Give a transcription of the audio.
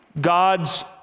God's